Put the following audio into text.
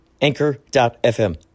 Anchor.fm